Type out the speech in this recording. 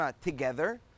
together